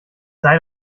sei